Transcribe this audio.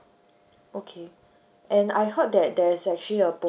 okay and I heard that there's actually a